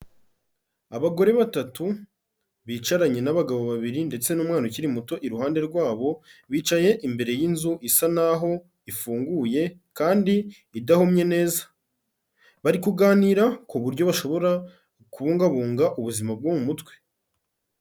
Abagore batatu bicaranye n'abagabo babiri ndetse n'umwana ukiri muto iruhande rwabo, bicaye imbere y'inzu isa naho ifunguye kandi idahomye neza, bari kuganira ku buryo bashobora kubungabunga ubuzima bwo mu mutwe.